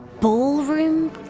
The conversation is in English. ballroom